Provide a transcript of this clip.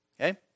Okay